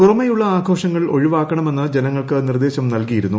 പുറമെയുള്ള് ആഘോഷങ്ങൾ ഒഴിവാക്കണമെന്ന് ജനങ്ങൾക്ക് നിർദ്ദേശം നൽകിയിരുന്നു